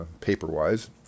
paper-wise